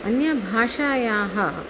अन्य भाषायाः